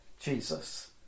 Jesus